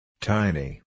Tiny